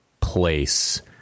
place